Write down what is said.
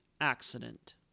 accident